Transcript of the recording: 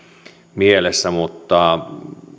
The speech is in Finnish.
mielessä mutta